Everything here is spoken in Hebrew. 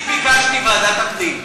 כי אני ביקשתי ועדת הפנים.